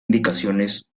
indicaciones